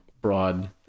broad